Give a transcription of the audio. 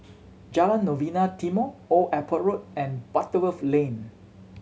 Jalan Novena Timor Old Airport Road and Butterworth Lane